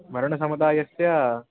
वर्णसमुदायस्य